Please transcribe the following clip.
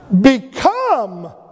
become